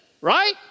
Right